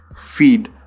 feed